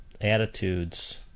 attitudes